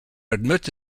admit